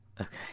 Okay